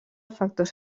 factors